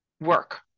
work